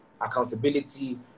accountability